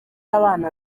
abana